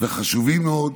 וחשובים מאוד,